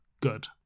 good